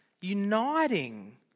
uniting